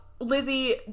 lizzie